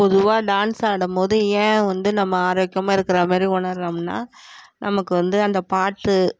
பொதுவாக டான்ஸ் ஆடும் போது ஏன் வந்து நம்ம ஆரோக்கியமாக இருக்கிற மாதிரி உணர்கிறோம்னா நமக்கு வந்து அந்த பாட்டு